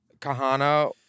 Kahana